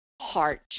heart